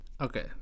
Okay